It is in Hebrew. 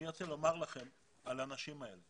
אני רוצה לומר לכם שהאנשים האלה